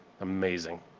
amazing